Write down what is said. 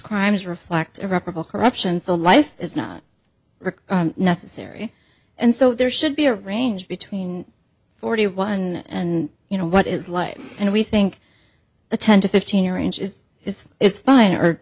crimes reflect irreparable corruption so life is not really necessary and so there should be a range between forty one and you know what is life and we think the ten to fifteen arranges his is fine or